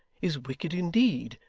is wicked indeed.